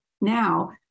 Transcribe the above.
now